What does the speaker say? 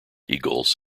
eagles